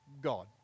God